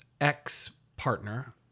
ex-partner